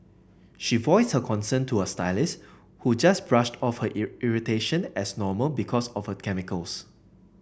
she voiced her concern to her stylist who just brushed off her irritation as normal because of a chemicals